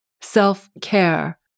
self-care